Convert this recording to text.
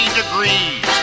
degrees